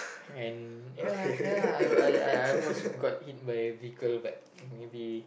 and ya ya I I I wasn't got hit by vehicle but maybe